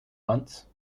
once